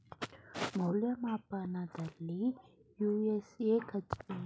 ಮೌಲ್ಯಮಾಪನದಲ್ಲಿ ಯು.ಎಸ್.ಎ ಖಜಾನೆ ಸೂಪರ್ ಬಾಂಡ್ಗಳ ದೀರ್ಘಾವಧಿಯ ಹಿಡುವಳಿಯನ್ನ ಅಪಾಯ ಮುಕ್ತ ರಿಟರ್ನ್ ದರವೆಂದು ಶೇಖರಿಸಲಾಗುತ್ತೆ